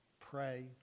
pray